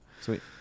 sweet